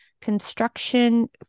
construction